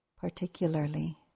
particularly